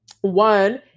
one